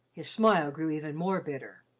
his smile grew even more bitter.